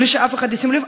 בלי שאף אחד ישים לב?